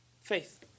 Faith